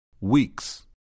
Weeks